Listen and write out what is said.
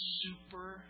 super